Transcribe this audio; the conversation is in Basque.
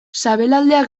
sabelaldea